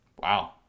wow